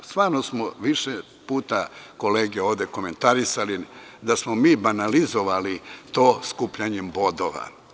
Stvarno smo više puta ovde komentarisali da smo mi banalizovali to skupljanje bodova.